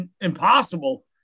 impossible